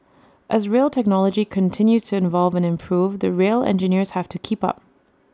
as rail technology continues to evolve and improve the rail engineers have to keep up